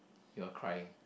you are crying